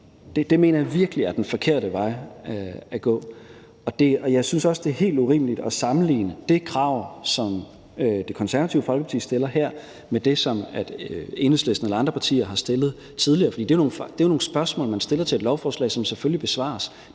Det mener jeg virkelig er den forkerte vej at gå. Jeg synes også, det er helt urimeligt at sammenligne det krav, som Det Konservative Folkeparti stiller her, med det, som Enhedslisten eller andre partier har stillet tidligere, for det er jo nogle spørgsmål, man stiller til et lovforslag, som selvfølgelig besvares,